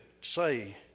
say